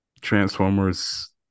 Transformers